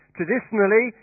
Traditionally